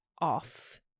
off